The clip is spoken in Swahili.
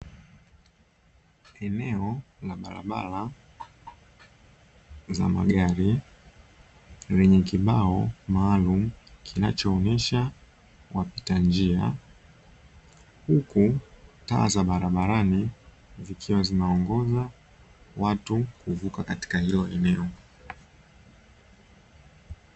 Eneo la barabara za magari lenye kibao maalumu kinachoonyesha wapita njia. Huku taa za barabarani zikiwa zinaongoza watu kuvuka katika hilo eneo.